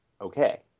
okay